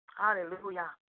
hallelujah